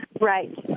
Right